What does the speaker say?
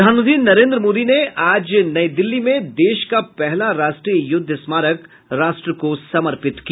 प्रधानमंत्री नरेन्द्र मोदी ने आज नई दिल्ली में देश का पहला राष्ट्रीय युद्ध स्मारक राष्ट्र को समर्पित किया